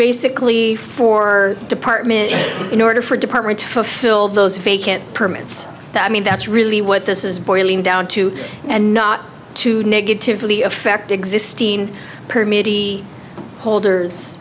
basically for department in order for department to fulfill those fake it permits that i mean that's really what this is boiling down to and not to negatively affect existing holders